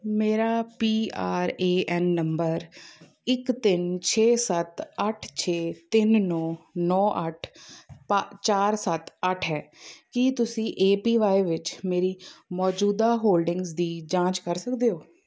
ਮੇਰਾ P R A N number ਇੱਕ ਤਿੰਨ ਛੇ ਸੱਤ ਅੱਠ ਛੇ ਤਿੰਨ ਨੌਂ ਨੌਂ ਅੱਠ ਪਾ ਚਾਰ ਸੱਤ ਅੱਠ ਹੈ ਕੀ ਤੁਸੀਂ ਏ ਪੀ ਵਾਈ ਵਿੱਚ ਮੇਰੀ ਮੌਜੂਦਾ ਹੋਲਡਿੰਗਜ਼ ਦੀ ਜਾਂਚ ਕਰ ਸਕਦੇ ਹੋ